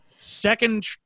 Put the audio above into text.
second